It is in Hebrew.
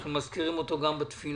אנחנו מזכירים אותו גם בתפילה.